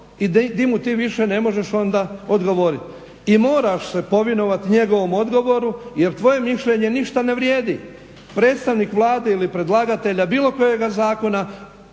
i di mu ti više ne možeš onda odgovoriti. I moraš se povinovati njegovom odgovoru jer tvoje mišljenje ništa ne vrijedi. Predstavnik Vlade ili predlagatelja bilo kojega zakona